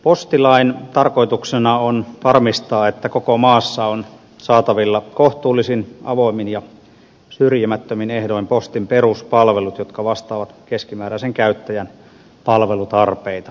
postilain tarkoituksena on varmistaa että koko maassa on saatavilla kohtuullisin avoimin ja syrjimättömin ehdoin postin peruspalvelut jotka vastaavat keskimääräisen käyttäjän palvelutarpeita